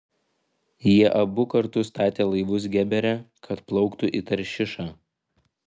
jie abu kartu statė laivus gebere kad plauktų į taršišą